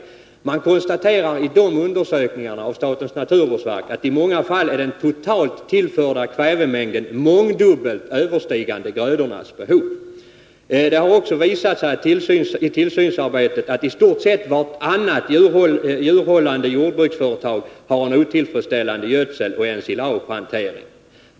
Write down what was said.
Man konstaterar i de undersökningarna, som gjorts av statens naturvårdsverk, att den totalt tillförda kvävemängden i ett stort antal fall mångdubbelt överstiger vad som behövs med hänsyn till grödorna. Det har också visat sig under tillsynsarbetet att i stort sett vartannat djurhållande jordbruksföretag har otillfredsställande gödseloch ensilagehantering.